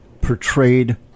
portrayed